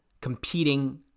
competing